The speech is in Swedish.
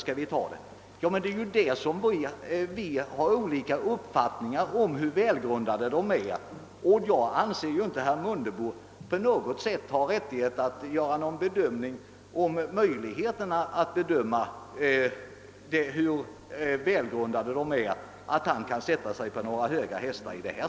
Ja, men vi har olika uppfattningar om hur välgrundade förslagen är, och jag anser inte att herr Mundebo kan sätta sig på några höga hästar och bedöma, hur välgrundade förslagen är.